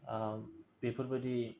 बेफोरबादि